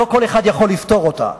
שלא כל אחד יכול לפתור אותה,